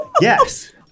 Yes